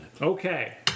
Okay